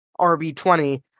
RB20